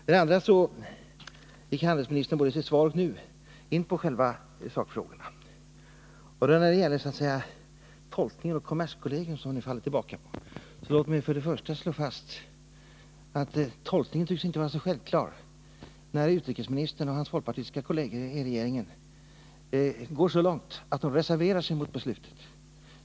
För det andra gick handelsministern själv in på sakfrågorna i sitt svar. När det gäller tolkningen och kommerskollegium, som ni faller tillbaka på, vill jag först och främst slå fast att tolkningen inte tycks vara så självklar när utrikesministern och hans folkpartistiska kolleger i regeringen går så långt att de reserverar sig mot beslutet.